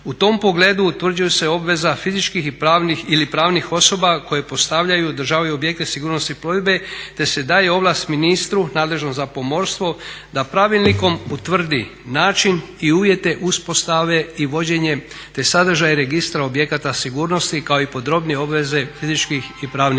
U tom pogledu utvrđuje se obveza fizičkih ili pravnih osoba koje postavljaju i održavaju objekte sigurnosti plovidbe te se daje ovlast ministru nadležnom za pomorstvo da pravilnikom utvrdi način i uvjete uspostave i vođenje te sadržaj registra objekata sigurnosti kao i podrobnije obveze fizičkih i pravnih osoba.